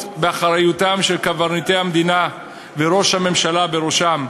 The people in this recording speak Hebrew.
באחריותם של קברניטי המדינה וראש הממשלה בראשם.